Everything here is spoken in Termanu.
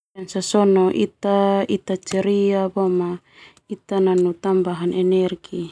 Sona ita ita ceria boema ita nanu tambahan energi.